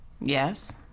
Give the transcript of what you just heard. Yes